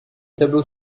tableau